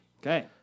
Okay